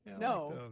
No